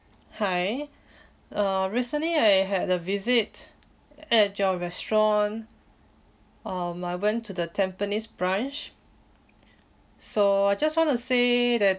hi uh recently I had a visit at your restaurant um I went to the tampines branch so I just want to say that